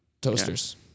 Toasters